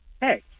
Hey